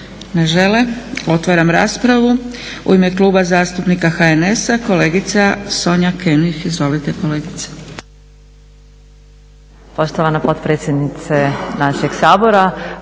Ne žele. Otvaram raspravu. U ime Kluba zastupnika HNS-a, kolegica Sonja König. Izvolite kolegice.